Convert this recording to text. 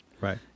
right